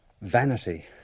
vanity